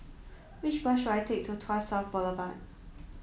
which bus should I take to Tuas South Boulevard